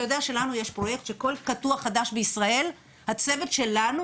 אתה יודע שלנו יש פרויקט שכל קטוע חדש בישראל הצוות שלנו,